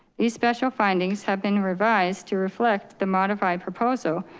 these special findings have been revised to reflect the modified proposal,